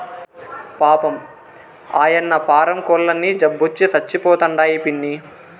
పాపం, ఆయన్న పారం కోల్లన్నీ జబ్బొచ్చి సచ్చిపోతండాయి పిన్నీ